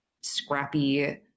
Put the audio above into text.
scrappy